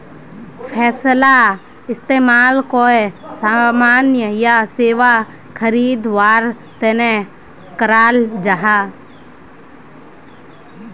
पैसाला इस्तेमाल कोए सामान या सेवा खरीद वार तने कराल जहा